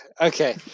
okay